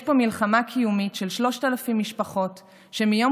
יש פה מלחמה קיומית של 3,000 משפחות שמיום